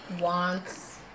wants